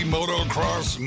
Motocross